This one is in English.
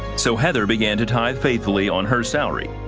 so heather began to tithe nflfully on her salary.